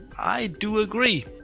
i do agree.